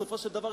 בסופו של דבר,